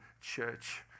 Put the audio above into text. church